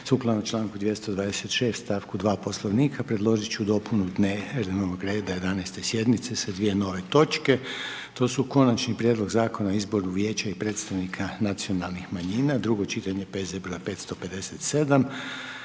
sukladno čl. 226 st. 2 Poslovnika, preložit ću dopunu dnevnog reda 11. sjednice sa dvije nove točke. To su Konačni prijedlog Zakona o izboru vijeća i predstavnika nacionalnih manjina, drugo čitanje, P.Z. broj 557;